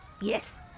Yes